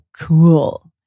cool